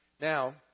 Now